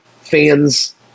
fans